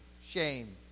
shame